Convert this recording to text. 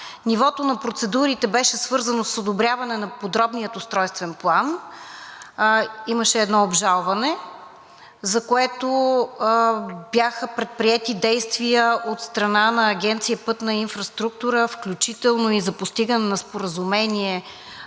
нивото на процедурите беше свързано с одобряване на подробния устройствен план. Имаше едно обжалване, за което бяха предприети действия от страна на Агенция „Пътна инфраструктура“, включително и за постигане на извънсъдебно